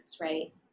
right